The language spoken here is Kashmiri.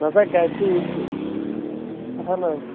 نسا کَتہِ چھِ یہِ کہِ اہن حظ